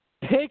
Pick